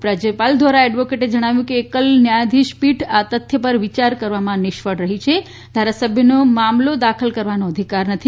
ઉપરાજ્યપાલ દ્વારા એડવોકેટે જણાવ્યું છે કે એકલ ન્યાયાધીશ પીઠ આ તથ્ય પર વિયાર કરવામાં નિષ્ફળ રહી છે કે ધારાસભ્યને મામલો દાખલ કરવાનો અધિકાર નથી